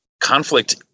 conflict